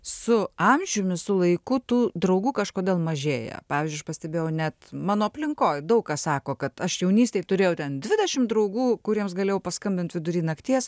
su amžiumi su laiku tų draugų kažkodėl mažėja pavyzdžiui aš pastebėjau net mano aplinkoj daug kas sako kad aš jaunystėj turėjau ten dvidešim draugų kuriems galėjau paskambint vidury nakties